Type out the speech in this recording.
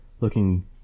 looking